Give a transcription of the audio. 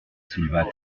souleva